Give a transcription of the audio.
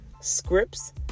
scripts